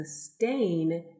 sustain